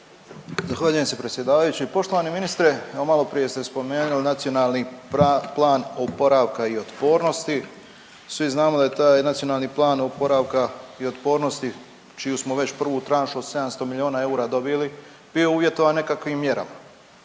Zahvaljujem se predsjedavajući. Poštovani ministre, evo malo prije ste spomenuli Nacionalni plan oporavka i otpornosti. Svi znamo da je taj Nacionalni plan oporavka i otpornosti čiju smo već prvu tranšu od 700 milijuna eura dobili bio uvjetovan nekakvim mjerama.